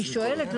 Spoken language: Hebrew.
אני שואלת.